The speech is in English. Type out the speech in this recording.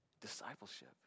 Discipleship